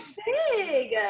big